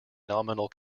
nominal